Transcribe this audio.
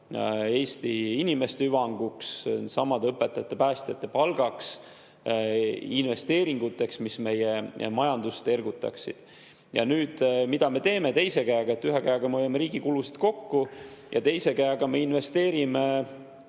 Eesti inimeste hüvanguks, nendesamade õpetajate ja päästjate palgaks, investeeringuteks, mis meie majandust ergutaksid. Nüüd, mida me teeme teise käega? Ühe käega me hoiame riigi kulusid kokku ja teise käega me investeerime